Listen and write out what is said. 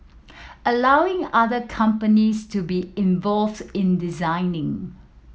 allowing other companies to be involves in designing